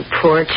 poor